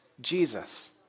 Jesus